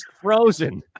frozen